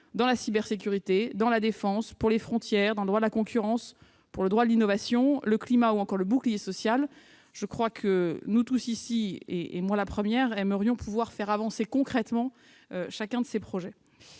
La cybersécurité, la défense, les frontières, le droit de la concurrence, le droit de l'innovation, le climat, ou encore le bouclier social : nous tous ici, moi la première, aimerions pouvoir faire avancer concrètement chacun de ces projets.